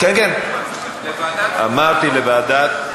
כן כן, אמרתי: לוועדת,